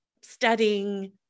studying